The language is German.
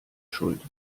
schuld